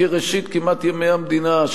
כמעט כראשית ימי המדינה,